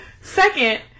second